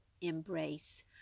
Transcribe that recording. embrace